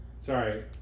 sorry